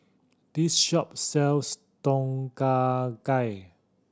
this shop sells Tom Kha Gai